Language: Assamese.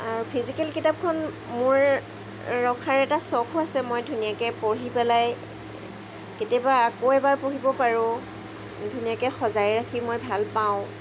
আৰু ফিজিকেল কিতাপখন মোৰ ৰখাৰ এটা চখো আছে মই ধুনীয়াকৈ পঢ়ি পেলাই কেতিয়াবা আকৌ এবাৰ পঢ়িব পাৰোঁ ধুনীয়াকৈ সজাই ৰাখি মই ভাল পাওঁ